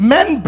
Men